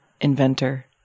inventor